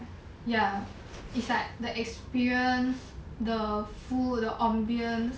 ya it's like the experience the food the ambience